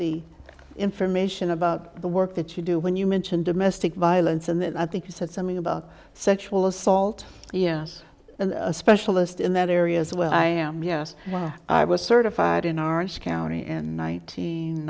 the information about the work that you do when you mention domestic violence and then i think you said something about sexual assault yes a specialist in that area as well i am yes i was certified in our county and i ninet